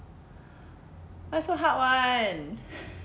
why so hard [one]